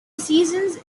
seasons